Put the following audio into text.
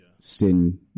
sin